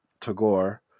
Tagore